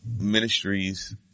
ministries